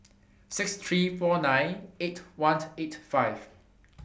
six thousand three hundred and forty nine eight thousand one hundred and eighty five